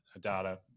data